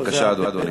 בבקשה, אדוני.